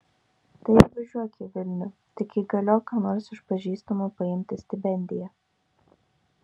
tai ir važiuok į vilnių tik įgaliok ką nors iš pažįstamų paimti stipendiją